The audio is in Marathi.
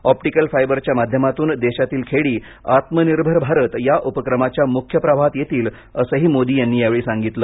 ऑप्टिकल फायबरच्या माध्यमातून देशातील खेडी आत्मनिर्भर भारत या उपक्रमाच्या मुख्य प्रवाहात येतील असंही मोदी यांनी यावेळी सांगितलं